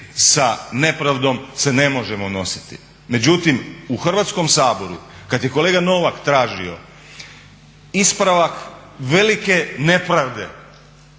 sa nepravdom se ne možemo nositi." Međutim u Hrvatskom saboru kad je kolega Novak tražio ispravak velike nepravde